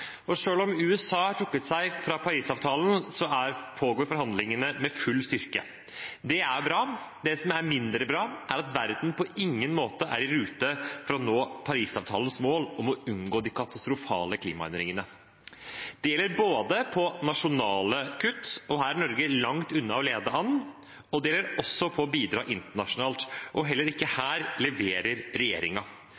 om USA har trukket seg fra Parisavtalen, pågår forhandlingene med full styrke. Det er bra. Det som er mindre bra, er at verden på ingen måte er i rute til å nå Parisavtalens mål om å unngå de katastrofale klimaendringene. Det gjelder både for nasjonale kutt – her er Norge langt unna å lede an – og når det gjelder å bidra internasjonalt. Heller ikke